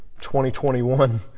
2021